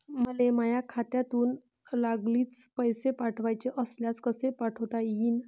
मले माह्या खात्यातून लागलीच पैसे पाठवाचे असल्यास कसे पाठोता यीन?